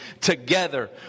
together